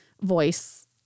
voice